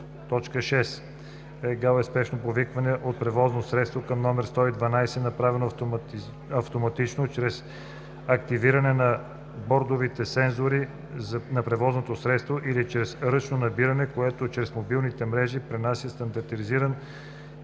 „eCall” е спешно повикване от превозно средство към номер 112 (обн., ДВ, бр. …), направено автоматично чрез активиране на бордовите сензори на превозното средство или чрез ръчно набиране, което чрез мобилните мрежи пренася стандартизиран